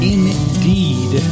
Indeed